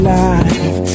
life